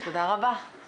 ראשון ונתאם